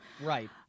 Right